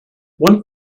one